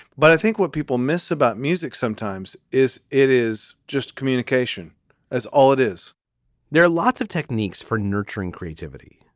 but i think what people miss about music sometimes is it is just communication as all it is there are lots of techniques for nurturing creativity.